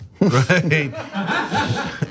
right